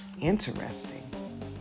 interesting